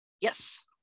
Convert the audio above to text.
Yes